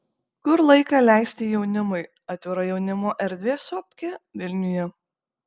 kur laiką leisti jaunimui atvira jaunimo erdvė sofkė vilniuje